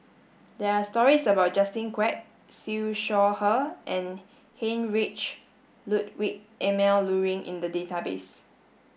there are stories about Justin Quek Siew Shaw Her and Heinrich Ludwig Emil Luering in the database